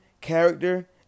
character